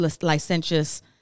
licentious